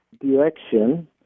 direction